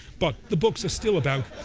but the books are still about